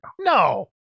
No